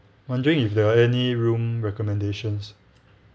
wondering if there are any room recommendations